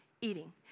eating